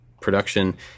production